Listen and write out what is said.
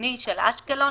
הצפוני של אשקלון